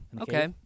okay